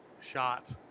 shot